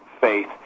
faith